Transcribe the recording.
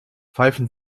pfeifen